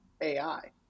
AI